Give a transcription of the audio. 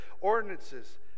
ordinances